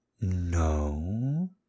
No